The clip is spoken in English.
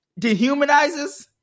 dehumanizes